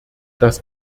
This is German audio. das